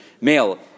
male